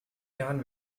jahren